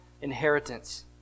inheritance